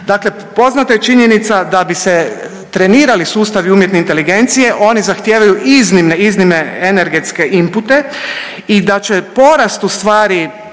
Dakle poznata je činjenica, da bi se trenirali sustavi umjetne inteligencije, oni zahtijevaju iznimne, iznimne energetske inpute i da će porast, ustvari